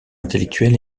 intellectuelle